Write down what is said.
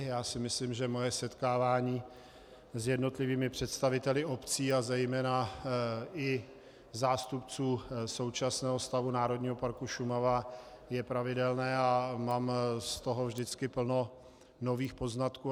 Já si myslím, že moje setkávání s jednotlivými představiteli obcí a zejména i zástupci současného stavu Národního parku Šumava je pravidelné a mám z toho vždycky plno nových poznatků.